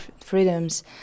freedoms